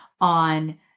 on